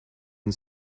and